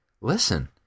listen